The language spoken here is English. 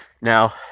now